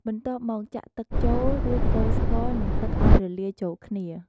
បន្ទាប់មក ចាក់ទឹកចូល រួចកូរស្ករ និងទឹកឱ្យរលាយចូលគ្នា។